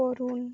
করণ